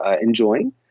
enjoying